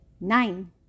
nine